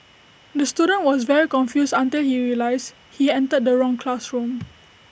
the student was very confused until he realised he entered the wrong classroom